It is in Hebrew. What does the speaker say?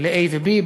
ל-A ו-B,